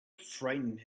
frightened